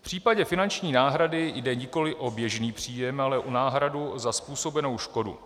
V případě finanční náhrady jde nikoliv o běžný příjem, ale o náhradu za způsobenou škodu.